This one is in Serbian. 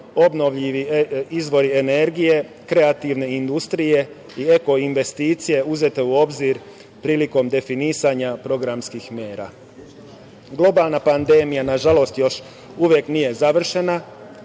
obnovljivi izvori energije, kreativne industrije i eko investicije uzete u obzir prilikom definisanja programskih mera. Globalna pandemija nažalost još uvek nije završena